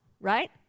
right